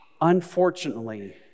Unfortunately